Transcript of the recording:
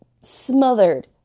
smothered